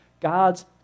God's